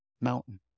mountain